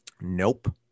Nope